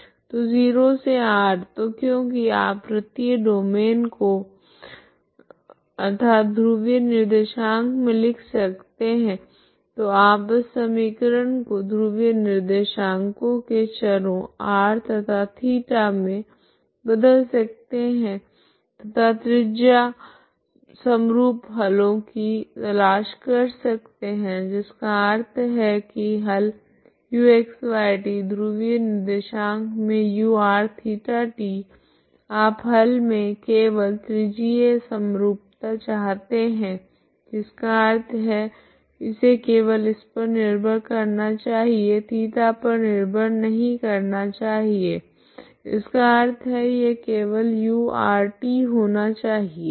तो 0 से r तो क्योकि आप वृत्तीय डोमैन को आत ध्रुवीय निर्देशांकों मे लिख सकते है तो आप इस समीकरण को ध्रुवीय निर्देशांकों के चरो r तथा थीटा मे बदल सकते है तथा त्रिजीय समरूप हलों की तलाश कर सकते है जिसका अर्थ है की हल uxyt ध्रुवीय निर्देशांकों मे urθt आप हल मे केवल त्रिजीय समरूपता चाहते है जिसका अर्थ है इसे केवल इस पर निर्भर करना चाहिए थीटा पर निर्भर नहीं करना चाहिए जिसका अर्थ है हल केवल urt होना चाहिए